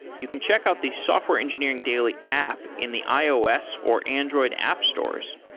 you can check out the software engineering daily app in the ios or android app stores.